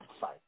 fight